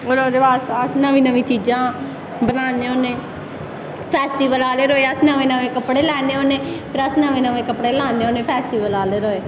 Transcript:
और ओह्दे बाद अस नमीं नमीं चीजां बनान्ने होन्ने फैस्टिवल आह्ले दिन अस नमें नमें कपड़े लैन्ने होन्ने फिर अस नमें नमें कपड़े लान्ने होन्ने फैस्टिवल आह्लै दिन